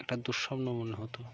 একটা দুঃস্বপ্ন মনে হতো